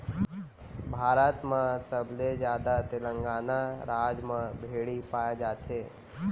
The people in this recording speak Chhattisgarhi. भारत म सबले जादा तेलंगाना राज म भेड़ी पाए जाथे